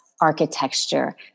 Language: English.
architecture